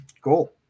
Cool